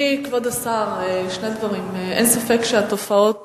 כבוד השר, שני דברים: אין ספק שתופעות